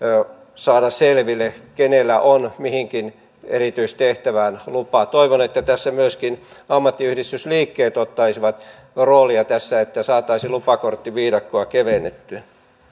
saada selville kenellä on mihinkin erityistehtävään lupa toivon että tässä myöskin ammattiyhdistysliikkeet ottaisivat roolia jotta saataisiin lupakorttiviidakkoa kevennettyä